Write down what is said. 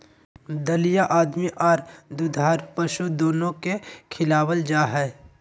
दलिया आदमी आर दुधारू पशु दोनो के खिलावल जा हई,